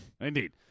Indeed